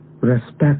respect